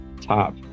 top